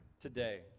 today